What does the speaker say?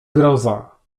groza